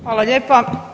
Hvala lijepa.